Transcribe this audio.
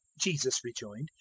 jesus rejoined,